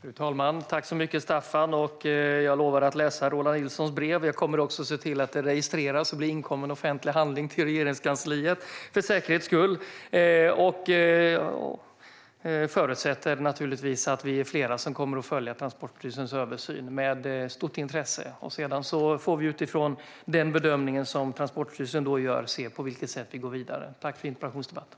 Fru talman! Tack, Staffan! Jag lovar att läsa Roland Nilssons brev, och jag kommer för säkerhets skull också att se till att det registreras och blir inkommen offentlig handling till Regeringskansliet. Jag förutsätter naturligtvis att vi är flera som kommer att följa Transportstyrelsens översyn med stort intresse. Sedan får vi utifrån den bedömning som Transportstyrelsen gör se på vilket sätt vi går vidare. Tack för interpellationsdebatten!